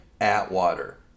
Atwater